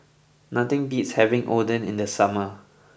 nothing beats having Oden in the summer